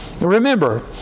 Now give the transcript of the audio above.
remember